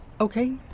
okay